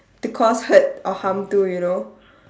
to cause hurt or harm to you know